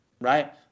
right